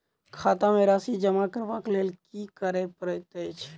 खाता मे राशि जमा करबाक लेल की करै पड़तै अछि?